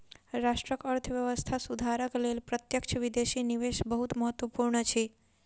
राष्ट्रक अर्थव्यवस्था सुधारक लेल प्रत्यक्ष विदेशी निवेश बहुत महत्वपूर्ण अछि